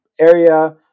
area